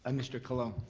ah mr. colon?